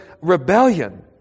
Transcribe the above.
rebellion